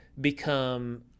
become